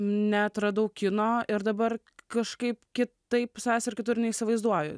neatradau kino ir dabar kažkaip kitaip savęs ir kitur neįsivaizduoju